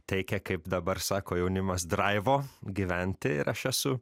teikia kaip dabar sako jaunimas draivo gyventi ir aš esu